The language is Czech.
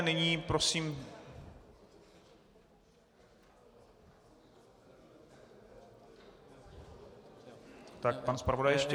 Nyní prosím tak pan zpravodaj ještě.